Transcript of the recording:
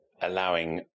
allowing